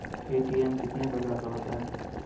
ATM कितने प्रकार का होता हैं?